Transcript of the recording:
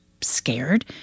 scared